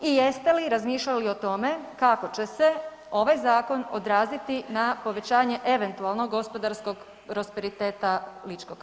I jeste li razmišljali o tome kako će se ovaj zakon odraziti na povećanje eventualnog gospodarskog prosperiteta ličkog kraja?